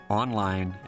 online